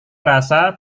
rasa